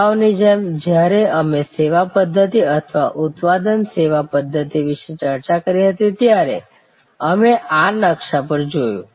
અગાઉની જેમ જ્યારે અમે સેવા પદ્ધતિ અથવા ઉત્પાદન સેવા પદ્ધતિ વિશે ચર્ચા કરી હતી ત્યારે અમે આ નકશા પર જોયું